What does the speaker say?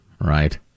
right